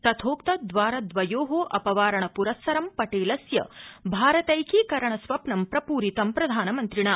तथोक्त द्वार द्वयोरपवारण प्रस्सरे पटेलस्य भारतैकीकरण स्वप्न प्रपूरित प्रधानमन्त्रिणा